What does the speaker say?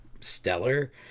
stellar